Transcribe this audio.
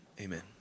Amen